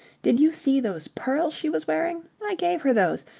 did you see those pearls she was wearing? i gave her those.